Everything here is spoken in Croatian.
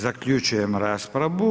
Zaključujem raspravu.